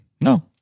No